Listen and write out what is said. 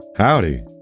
Howdy